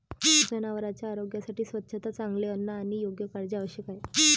जनावरांच्या आरोग्यासाठी स्वच्छता, चांगले अन्न आणि योग्य काळजी आवश्यक आहे